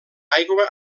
aigua